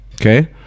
okay